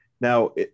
Now